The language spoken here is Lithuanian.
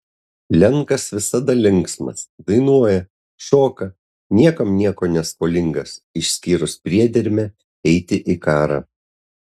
lenkas visada linksmas dainuoja šoka niekam nieko neskolingas išskyrus priedermę eiti į karą